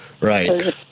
right